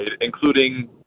including